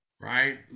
Right